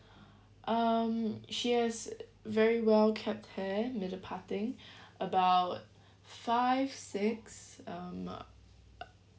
um she has very well kept hair middle parting about five six um